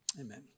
amen